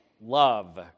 love